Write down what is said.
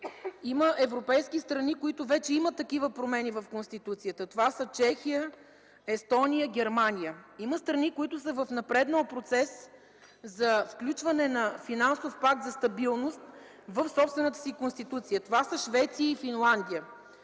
Има европейски страни, които вече имат такива промени в Конституцията. Това са Чехия, Естония, Германия. Има страни, които са в напреднал процес за включване на финансов пакт за стабилност в собствената си Конституция. Това са Швеция и Финландия.